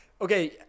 okay